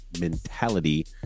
mentality